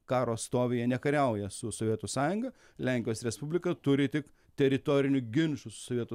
karo stovyje nekariauja su sovietų sąjunga lenkijos respublika turi tik teritorinių ginčų su sovietų